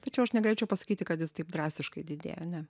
tačiau aš negalėčiau pasakyti kad jis taip drastiškai didėja ne